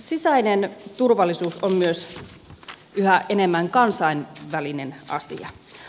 sisäinen turvallisuus on yhä enemmän myös kansainvälinen asia